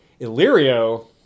Illyrio